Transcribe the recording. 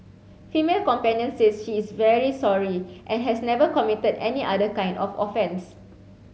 female companion says she is very sorry and has never committed any other kind of offence